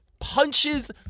punches